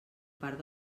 part